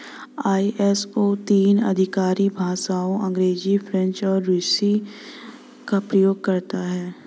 ISO तीन आधिकारिक भाषाओं अंग्रेजी, फ्रेंच और रूसी का प्रयोग करता है